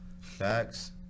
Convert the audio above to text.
Facts